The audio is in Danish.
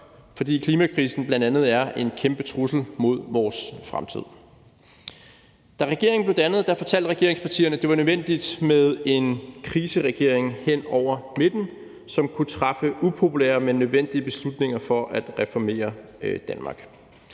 fordi klimakrisen er en kæmpe trussel mod vores fremtid. Da regeringen blev dannet, fortalte regeringspartierne, at det var nødvendigt med en kriseregering hen over midten, som kunne træffe upopulære, men nødvendige beslutninger for at reformere Danmark.